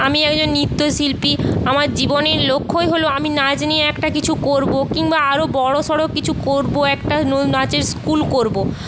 আমি একজন নৃত্যশিল্পী আমার জীবনের লক্ষ্যই হলো আমি নাচ নিয়ে একটা কিছু করব কিংবা আরো বড়সড় কিছু করব একটা নাচের স্কুল করব